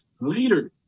later